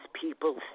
people